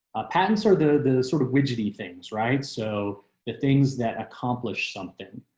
ah patents are the the sort of widget. the things right. so the things that accomplished something.